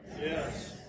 yes